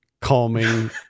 calming